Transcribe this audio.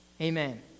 Amen